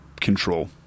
control